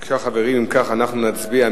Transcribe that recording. חברים, אם כך, אנחנו נצביע.